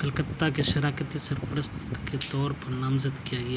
کولکتہ کے شراکتی سرپرست کے طور پر نامزد کیا گیا